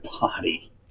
body